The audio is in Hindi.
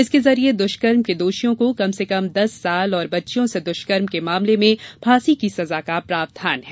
इसके जरिये दुष्कर्म के दोषियों को कम से कम दस साल और बच्चियों से दुष्कर्म के मामले में फांसी की सजा का प्रावधान है